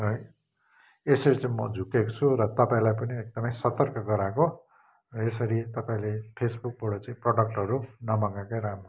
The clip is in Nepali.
र यसरी चाहिँ म झुक्किएको छु र तपाईँलाई पनि एकदमै सतर्क गराएको यसरी तपाईँले फेसबुकबाट चाहिँ प्रोडक्टहरू नमगाएकै राम्रो